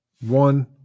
One